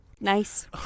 Nice